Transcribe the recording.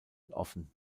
offen